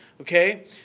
okay